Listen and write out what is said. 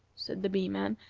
said the bee-man,